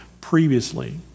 Previously